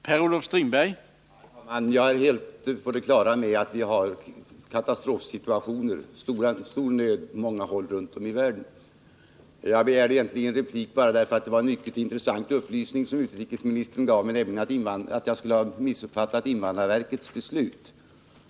Herr talman! Jag är helt på det klara med att det finns katastrofsituationer och stor nöd på många håll runt om i världen. Jag begärde egentligen replik bara därför att utrikesministern gav mig en mycket intressant upplysning, nämligen att jag skulle ha missuppfattat invandrarverkets beslut.